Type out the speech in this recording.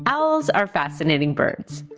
owls are fascinating birds.